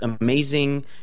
amazing